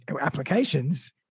applications